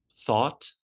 thought